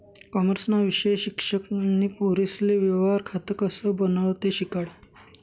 कॉमर्सना विषय शिक्षक नी पोरेसले व्यवहार खातं कसं बनावो ते शिकाडं